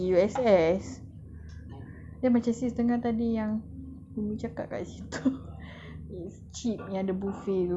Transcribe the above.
yang macam sis dengar tadi yang cakap dekat situ is cheap yang ada buffet tu halalan toyyiban